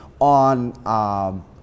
on